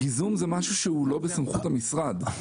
גיזום זה משהו שלא בסמכות המשרד.